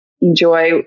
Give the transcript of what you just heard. enjoy